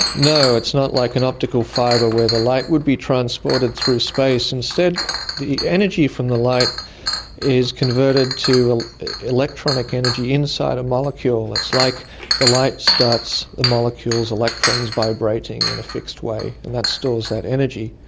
no, it's not like an optical fibre where the light would be transported through space. instead the energy from the light is converted to electronic energy inside a molecule. it's like the light starts the molecules' electrons vibrating in a fixed way and that stores that energy.